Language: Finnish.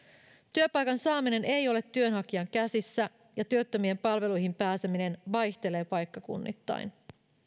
työpaikan saaminen ei ole työnhakijan käsissä ja työttömien palveluihin pääseminen vaihtelee paikkakunnittain